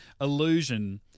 illusion